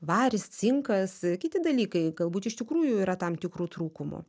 varis cinkas kiti dalykai galbūt iš tikrųjų yra tam tikrų trūkumų